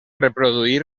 reproduir